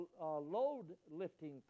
load-lifting